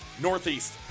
northeast